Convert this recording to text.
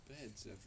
beds